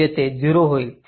येथे 0 होईल